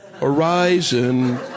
Horizon